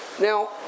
Now